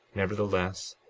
nevertheless,